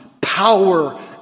power